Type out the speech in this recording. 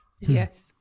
yes